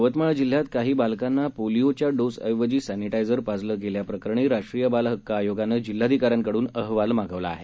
यवतमाळ जिल्ह्यात काही बालकांना पोलिओच्या डोस ऐवजी सॅनिटायझर पाजलं गेल्या प्रकरणी राष्ट्रीय बाल हक्क आयोगानं जिल्हाधिकाऱ्यांकडून अहवाल मागवला आहे